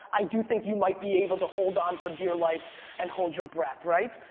i do think you might be able to hold on for dear life and hold your breath, right?